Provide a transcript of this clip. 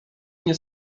nie